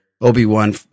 Obi-Wan